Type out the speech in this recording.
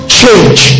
change